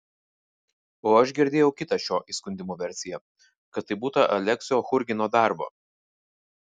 o aš girdėjau kitą šio įskundimo versiją kad tai būta aleksio churgino darbo